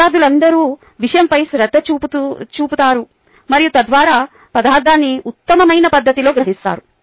విద్యార్థులందరూ విషయంపై శ్రద్ధ చూపుతారు మరియు తద్వారా పదార్థాన్ని ఉత్తమమైన పద్ధతిలో గ్రహిస్తారు